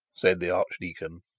said the archdeacon.